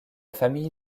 famille